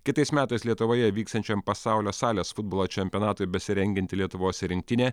kitais metais lietuvoje vyksiančiam pasaulio salės futbolo čempionatui besirengianti lietuvos rinktinė